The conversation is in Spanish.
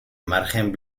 margen